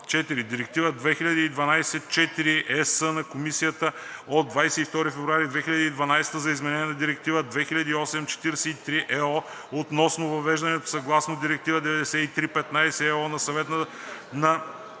Директива 2012/4/ЕС на Комисията от 22 февруари 2012 г. за изменение на Директива 2008/43/ЕО относно въвеждането съгласно Директива 93/15/ЕИО на Съвета на